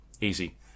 easy